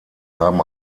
haben